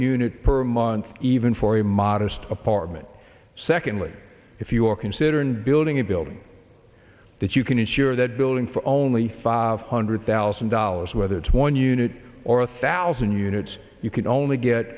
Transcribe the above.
unit per month even for a modest apartment secondly if you're considering building a building that you can insure that building for only five hundred thousand dollars whether it's one unit or a thousand units you can only get